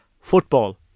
football